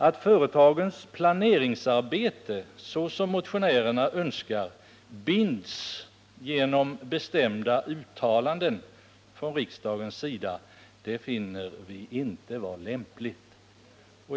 Att företagens planeringsarbete, såsom motionärerna önskar, binds genom bestämda uttalanden från riksdagens sida finner vi inte lämpligt.